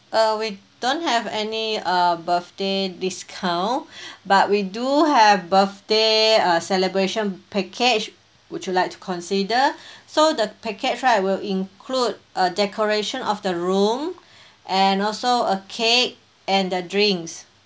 uh we don't have any uh birthday discount but we do have birthday uh celebration package would you like to consider so the package right will include a decoration of the room and also a cake and the drinks